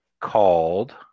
called